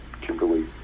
Kimberly